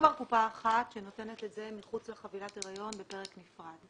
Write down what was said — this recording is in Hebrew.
כבר קופה אחת שנותנת את זה מחוץ לחבילת הריון בפרק נפרד,